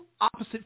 opposite